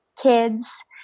kids